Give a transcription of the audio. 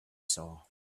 saw